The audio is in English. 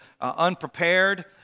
unprepared